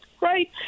Right